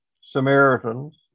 Samaritans